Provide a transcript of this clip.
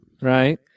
Right